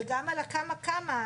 וגם על כמה כמה,